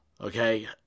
okay